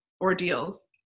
ordeals